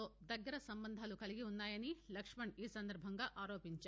తో దగ్గర సంబంధాలు కలిగివున్నాయని లక్ష్మణ్ ఈ సందర్భంగా ఆరోపించారు